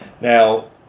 Now